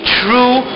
true